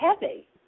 heavy